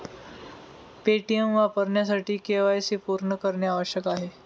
Paytm वापरण्यासाठी KYC पूर्ण करणे आवश्यक आहे